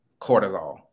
cortisol